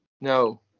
No